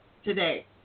today